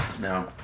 No